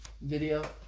video